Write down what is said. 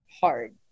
hard